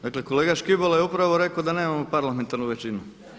Dakle kolega Škibola je upravo rekao da nemamo parlamentarnu većinu.